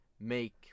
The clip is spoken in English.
make